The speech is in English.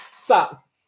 Stop